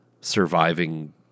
surviving